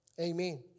Amen